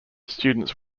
students